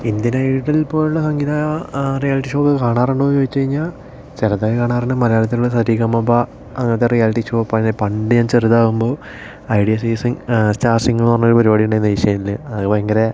Indian Idol പോലുള്ള സംഗീത reality show ഒക്കെ കാണാറുണ്ടോയെന്ന് ചോദിച്ചു കഴിഞ്ഞാൽ ചിലതൊക്കെ കാണാറുണ്ട് മലയാളത്തിലുള്ള സരിഗമപാ അങ്ങനത്തെ റിയാലിറ്റി ഷോ പഴയ പണ്ട് ഞാൻ ചെറുതാവുമ്പോൾ ഐഡിയ സ്റ്റാർ സിംഗർ എന്നു പറഞ്ഞ ഒരു പരുപാടി ഉണ്ടായിരുന്നു ഏഷ്യാനെറ്റിൽ അതു ഭയങ്കര